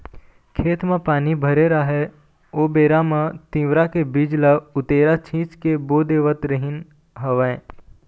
खेत म पानी भरे राहय ओ बेरा म तिंवरा के बीज ल उतेरा छिंच के बो देवत रिहिंन हवँय